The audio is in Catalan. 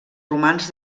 romans